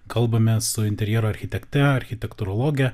kalbame su interjero architekte architektūrologe